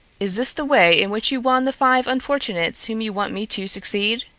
is this the way in which you won the five unfortunates whom you want me to succeed?